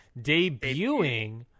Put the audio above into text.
debuting